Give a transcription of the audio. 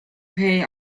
pay